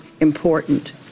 important